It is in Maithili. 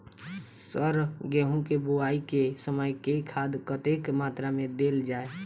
सर गेंहूँ केँ बोवाई केँ समय केँ खाद कतेक मात्रा मे देल जाएँ?